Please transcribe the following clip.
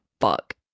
fuck